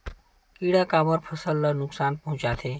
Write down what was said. किड़ा काबर फसल ल नुकसान पहुचाथे?